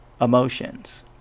emotions